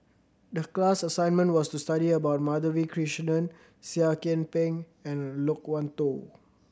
the class assignment was to study about Madhavi Krishnan Seah Kian Peng and Loke Wan Tho